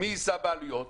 מי יישא בעלויות?